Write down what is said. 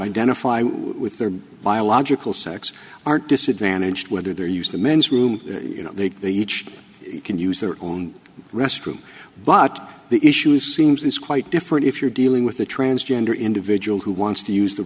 identify with their biological sex aren't disadvantaged whether they're used to men's room you know that they each can use their own restroom but the issue seems is quite different if you're dealing with a transgender individual who wants to use the